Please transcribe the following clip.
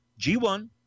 G1